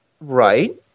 Right